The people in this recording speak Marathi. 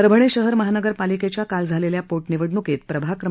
परभणी शहर महानगर पालिकेच्या काल झालेल्या पोटनिवडण्कीत प्रभाग क्र